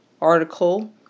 article